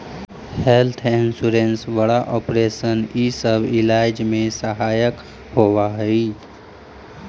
health insurance बड़ा operation इ सब इलाज में सहायक होवऽ हई